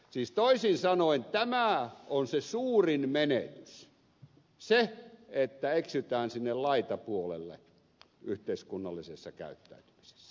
siis toisin sanoen suurin menetys on se että eksytään sinne laitapuolelle yhteiskunnallisessa käyttäytymisessä